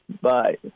Bye